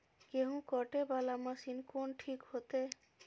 गेहूं कटे वाला मशीन कोन ठीक होते?